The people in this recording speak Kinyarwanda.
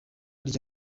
rya